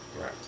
Right